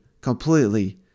completely